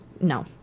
No